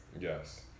Yes